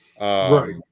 right